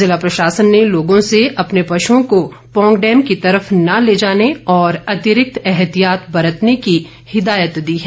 जिला प्रशासन ने लोगों से अपने पशुओं को पौंग डैम की तरफ न ले जाने और अतिरिक्त एहतियात बरतने की हिदायत दी है